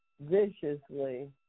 viciously